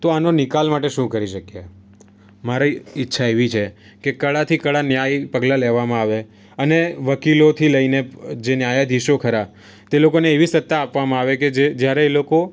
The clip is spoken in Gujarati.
તો આનો નિકાલ માટે શું કરી શકીએ મારી ઈચ્છા એવી છે કે કડકથી કડક ન્યાય પગલાં લેવામાં આવે અને વકીલોથી લઈને જે ન્યાયાધીશો ખરા તે લોકોને એવી સત્તા આપવામાં આવે કે જે જ્યારે એ લોકો